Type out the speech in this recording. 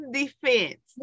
defense